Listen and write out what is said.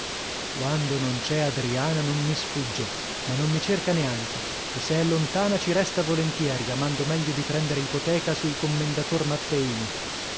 quando non c'è adriana non mi sfugge ma non mi cerca neanche e se è lontana ci resta volentieri amando meglio di prendere ipoteca sul commendator matteini